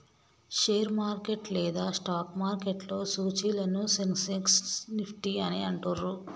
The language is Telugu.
షేర్ మార్కెట్ లేదా స్టాక్ మార్కెట్లో సూచీలను సెన్సెక్స్, నిఫ్టీ అని అంటుండ్రు